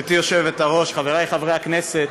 גברתי היושבת-ראש, חברי חברי הכנסת,